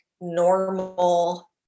normal